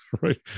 right